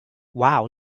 wow